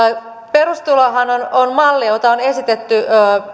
perustulohan on on malli jota on esitetty